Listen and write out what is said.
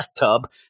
bathtub